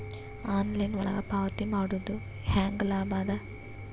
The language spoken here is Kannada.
ಆನ್ಲೈನ್ ಒಳಗ ಪಾವತಿ ಮಾಡುದು ಹ್ಯಾಂಗ ಲಾಭ ಆದ?